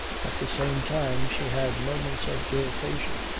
at the same time she had moments of irritation.